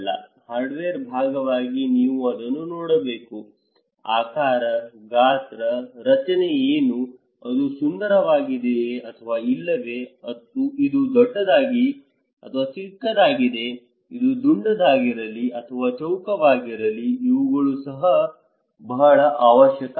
hardware ಭಾಗವಾಗಿ ನೀವು ಅದನ್ನು ನೋಡಬೇಕು ಆಕಾರ ಗಾತ್ರ ರಚನೆ ಏನು ಅದು ಸುಂದರವಾಗಿದೆಯೇ ಅಥವಾ ಇಲ್ಲವೇ ಇದು ದೊಡ್ಡದಾಗಿದೆ ಅಥವಾ ಚಿಕ್ಕದಾಗಿದೆ ಇದು ದುಂಡಾಗಿರಲಿ ಅಥವಾ ಚೌಕವಾಗಿರಲಿ ಇವುಗಳು ಸಹ ಬಹಳ ಅವಶ್ಯಕ ಆಗಿದೆ